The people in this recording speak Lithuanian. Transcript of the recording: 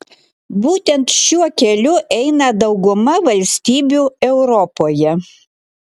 būtent šiuo keliu eina dauguma valstybių europoje